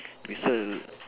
whistle